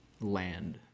land